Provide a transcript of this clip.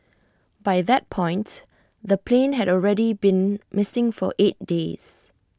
by that point the plane had already been missing for eight days